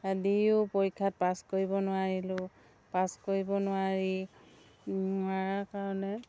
দিও পৰীক্ষাত পাছ কৰিব নোৱাৰিলোঁ পাছ কৰিব নোৱাৰি নোৱাৰাৰ কাৰণে